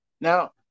Now